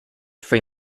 free